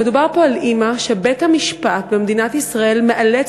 מדובר פה על אימא שבית-המשפט במדינת ישראל מאלץ